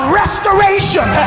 restoration